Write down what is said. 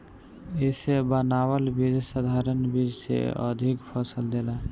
इसे बनावल बीज साधारण बीज से अधिका फसल देला